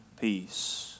peace